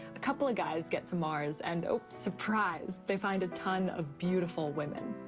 a couple of guys get to mars and, oh, surprise they find a ton of beautiful women.